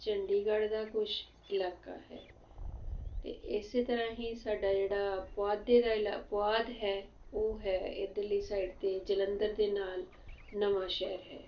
ਚੰਡੀਗੜ੍ਹ ਦਾ ਕੁਛ ਇਲਾਕਾ ਹੈ ਅਤੇ ਇਸ ਤਰ੍ਹਾਂ ਹੀ ਸਾਡਾ ਜਿਹੜਾ ਪੁਆਧੀ ਦਾ ਇਲਾ ਪੁਆਧ ਹੈ ਉਹ ਹੈ ਇੱਧਰਲੀ ਸਾਈਡ 'ਤੇ ਜਲੰਧਰ ਦੇ ਨਾਲ ਨਵਾਂਸ਼ਹਿਰ ਹੈ